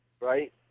right